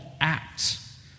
acts